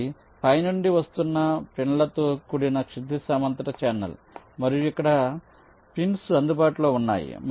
ఇది పై నుండి వస్తున్న పిన్లతో కూడిన క్షితిజ సమాంతర ఛానెల్ మరియు ఇక్కడ పిన్స్ అందుబాటులో ఉన్నాయి